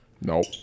Nope